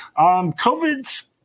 COVID's